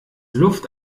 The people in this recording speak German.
luft